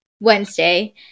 Wednesday